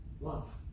love